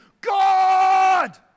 God